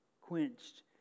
quenched